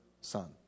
son